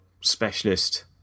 specialist